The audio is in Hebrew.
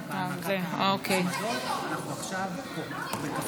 תודה, גברתי היושבת בראש.